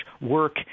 work